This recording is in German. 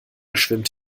schwimmt